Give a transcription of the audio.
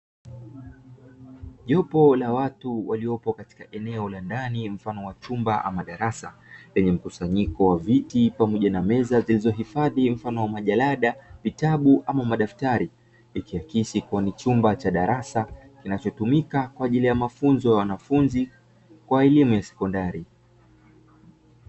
Jopo la watu waliopo katika eneo la ndani mfano wa chumba ama darasa lenye mkusanyiko wa viti pamoja na meza zilizohifadhi mfano wa majarada, vitabu ama madaftari; ikiakisi kuwa ni chumba cha darasa kinachotumia kwa ajili ya mafunzo ya wanafunzi wa elimu ya sekondari.